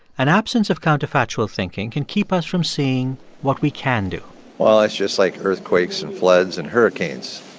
an absence of counterfactual thinking can keep us from seeing what we can do well, it's just like earthquakes and floods and hurricanes.